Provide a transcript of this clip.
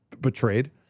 betrayed